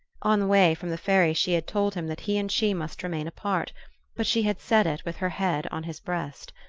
on the way from the ferry she had told him that he and she must remain apart but she had said it with her head on his breast.